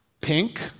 Pink